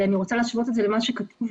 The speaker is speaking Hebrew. אני רוצה להשוות את זה למה שתוקן,